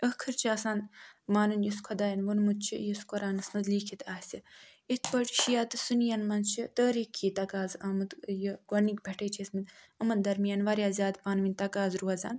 ٲخر چھُ آسان مانُن یُس خۄدایَن ووٚنمُت چھُ یُس قۄرانَس مَنٛز لیکھِتھ آسہِ یِتھ پٲٹھۍ شیعہ تہٕ سُنیَن مَنٛز چھِ تٲریٖخی تقاضہٕ آمُت یہِ گۄدنِکۍ پٮ۪ٹھے چھِ آسۍ مٕتۍ یِمن درمیان واریاہ زیاد پانہٕ وٲنۍ تقاضہٕ روزان